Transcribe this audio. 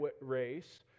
race